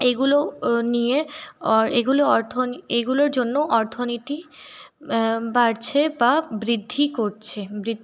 এইগুলো নিয়ে এগুলো এগুলোর জন্য অর্থনীতি বাড়ছে বা বৃদ্ধি করছে